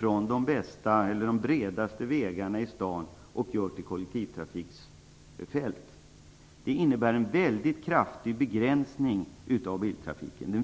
från de bästa och bredaste vägarna i staden och göra om det till kollektivtrafikfält, vilket skulle innebära en väldigt kraftig fysisk begränsning av biltrafiken.